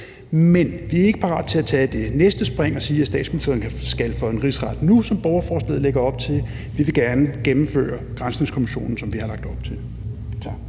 Men vi er ikke parat til at tage det næste spring og sige, at statsministeren skal for Rigsretten nu, som borgerforslaget lægger op til, for vi vil gerne gennemføre granskningskommissionen, som vi har lagt op til.